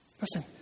Listen